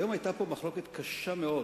היום היתה פה מחלוקת קשה מאוד